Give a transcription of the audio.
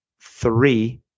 three